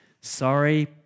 Sorry